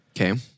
okay